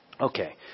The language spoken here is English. okay